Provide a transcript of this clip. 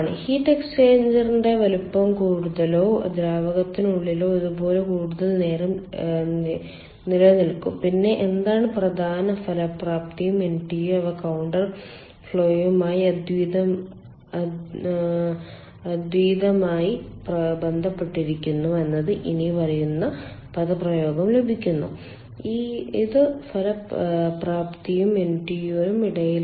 heat എക്സ്ചേഞ്ചറിന്റെ വലുപ്പം കൂടുതലോ ദ്രാവകത്തിനുള്ളിലോ ഇതുപോലെ കൂടുതൽ നേരം നിലനിൽക്കും പിന്നെ എന്താണ് പ്രധാനം ഫലപ്രാപ്തിയും NTU അവ കൌണ്ടർ ഫ്ലോയുമായി അദ്വിതീയമായി ബന്ധപ്പെട്ടിരിക്കുന്നു എന്നത് ഇനിപ്പറയുന്ന പദപ്രയോഗം ലഭിക്കുന്നു ഇത് ഫലപ്രാപ്തിക്കും NTU നും ഇടയിലാണ്